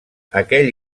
aquell